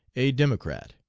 a democrat.